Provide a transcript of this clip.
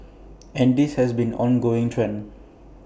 and this has been an ongoing trend